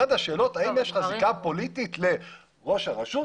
אחת השאלות היא האם יש לך זיקה פוליטית לראש הרשות,